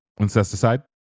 incesticide